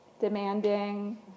demanding